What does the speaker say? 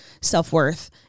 self-worth